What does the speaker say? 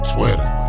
Twitter